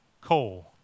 coal